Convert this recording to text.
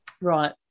right